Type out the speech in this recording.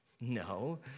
No